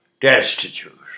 destitute